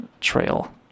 trail